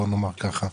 בוא נאמר ככה.